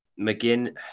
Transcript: McGinn